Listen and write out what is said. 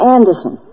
Anderson